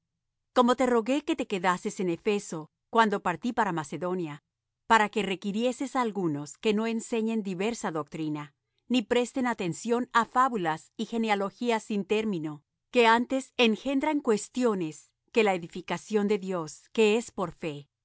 como te rogué que te quedases en efeso cuando partí para macedonia para que requirieses á algunos que no enseñen diversa doctrina ni presten atención á fábulas y genealogías sin término que antes engendran cuestiones que la edificación de dios que es por fe